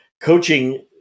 Coaching